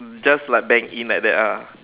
just like bank in like that ah